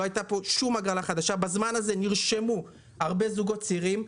בזמן הזה נרשמו הרבה זוגות צעירים.